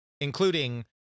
including